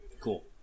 Cool